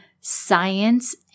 science